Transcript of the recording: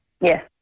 Yes